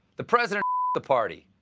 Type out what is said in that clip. the president the party.